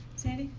sandy